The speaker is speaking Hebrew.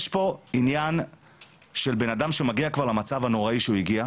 יש פה עניין של בנאדם שמגיע כבר למצב הנוראי שהוא הגיע,